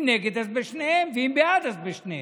אם נגד, אז בשניהם, ואם בעד, אז בשניהם.